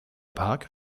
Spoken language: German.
park